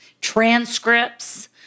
transcripts